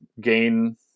gain